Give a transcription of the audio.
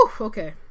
Okay